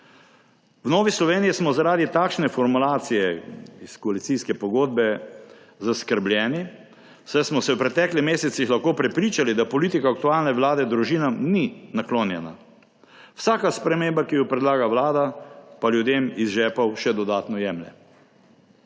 V Novi Sloveniji smo zaradi takšne formulacije v koalicijski pogodbi zaskrbljeni, saj smo se v preteklih mesecih lahko prepričali, da politika aktualne vlade družinam ni naklonjena. Vsaka sprememba, ki jo predlaga vlada, pa ljudem iz žepov še dodatno jemlje.